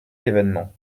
l’événement